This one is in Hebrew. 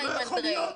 זה לא יכול להיות.